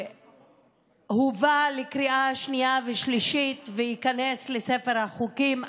הובא לקריאה שנייה ושלישית וייכנס לספר החוקים.